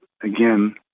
again